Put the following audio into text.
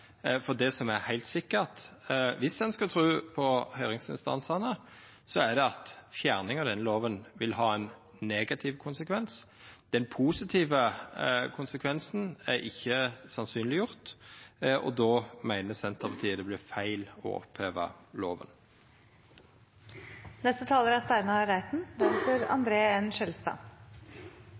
For det som er heilt sikkert, viss ein skal tru på høyringsinstansane, er at fjerning av denne lova vil ha ein negativ konsekvens. Den positive konsekvensen er ikkje sannsynleggjort, og då meiner Senterpartiet det vert feil å